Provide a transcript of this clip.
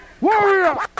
warrior